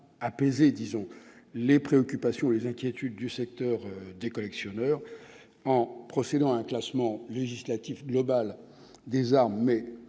apaisé » les préoccupations et les inquiétudes des collectionneurs, en procédant à un classement législatif global des armes, sous